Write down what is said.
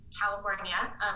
california